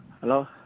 Hello